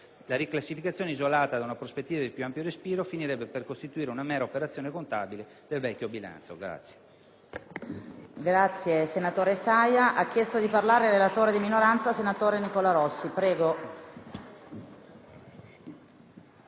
La riclassifìcazione, isolata da una prospettiva di più ampio respiro, finirebbe per costituire una mera operazione contabile del vecchio bilancio.